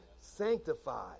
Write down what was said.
sanctified